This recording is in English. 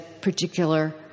particular